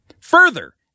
further